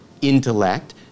intellect